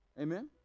Amen